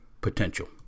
potential